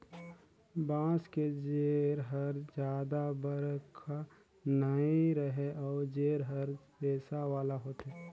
बांस के जेर हर जादा बड़रखा नइ रहें अउ जेर हर रेसा वाला होथे